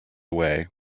away